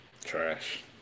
Trash